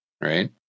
Right